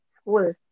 school